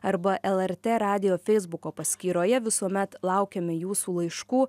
arba lrt radijo feisbuko paskyroje visuomet laukiame jūsų laiškų